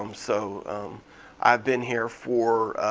um so i've been here for